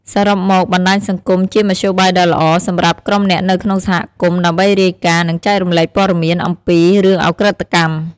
សរុបមក បណ្ដាញសង្គម ជា មធ្យោបាយដ៏ល្អ សម្រាប់ ក្រុមអ្នកនៅក្នុងសហគមន៍ ដើម្បី រាយការណ៍ និង ចែករំលែកព័ត៌មាន អំពី រឿងឧក្រិដ្ឋកម្ម។